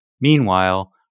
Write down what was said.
Meanwhile